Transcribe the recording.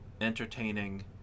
entertaining